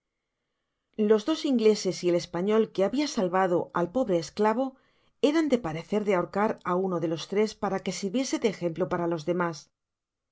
los dos ingleses y el español que habia salvado al pobre esclavo eran de parecer de ahorcar á uno de los tres para que sirviese de ejemplo paralos demas